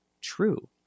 true